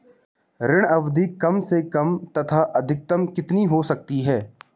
ऋण अवधि कम से कम तथा अधिकतम कितनी हो सकती है?